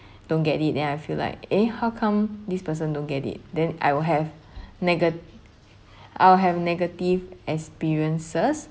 don't get it then I feel like eh how come this person don't get it then I'll have nega~ I'll have negative experiences